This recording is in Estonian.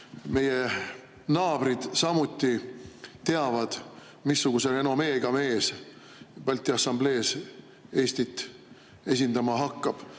meie naabrid samuti teavad, missuguse renomeega mees Balti Assamblees Eestit esindama hakkab.